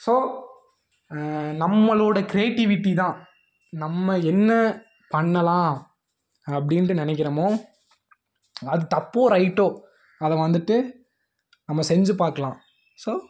so நம்மளோட creativity தான் நம்ம என்ன பண்ணலாம் அப்படின்ட்டு நினைக்கிறோமோ அது தப்போ ரைட்டோ அதை வந்துவிட்டு நம்ம செஞ்சு பார்க்கலாம் ஸோ